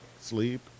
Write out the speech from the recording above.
sleep